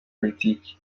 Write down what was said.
politiki